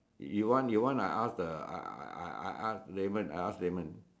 you want you want I ask uh I I I ask Leman I ask Leman